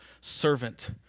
servant